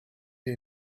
est